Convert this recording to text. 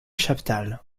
chaptal